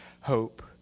hope